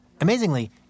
Amazingly